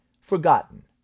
forgotten